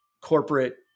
corporate